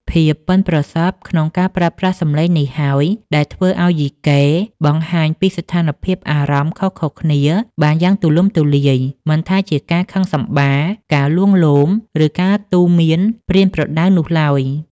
ភាពប៉ិនប្រសប់ក្នុងការប្រើប្រាស់សំឡេងនេះហើយ ដែលធ្វើឱ្យយីកេអាចបង្ហាញពីស្ថានភាពអារម្មណ៍ខុសៗគ្នាបានយ៉ាងទូលំទូលាយ មិនថាជាការខឹងសម្បារ ការលួងលោម ឬការទូន្មានប្រៀនប្រដៅនោះឡើយ។